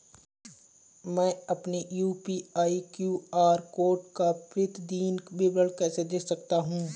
मैं अपनी UPI QR code का प्रतीदीन विवरण कैसे देख सकता हूँ?